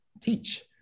teach